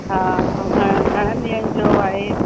हा ऐं घण घणनि ॾींहनि जो आहे